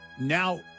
Now